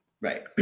right